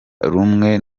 rumwe